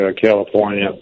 California